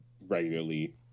regularly